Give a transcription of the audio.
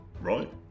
right